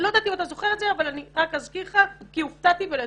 הופתעתי ולטובה.